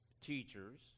teachers